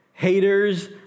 Haters